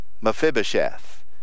Mephibosheth